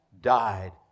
died